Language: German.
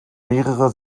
mehrere